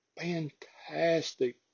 fantastic